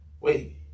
wait